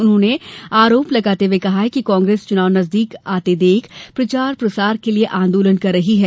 उन्होंने आरोप लगाते हुये कहा कांग्रेस चुनाव नजदीक आते देख प्रचार प्रसार के लिए आंदोलन कर रही है